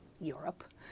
Europe